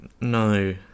no